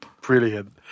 Brilliant